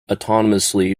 autonomously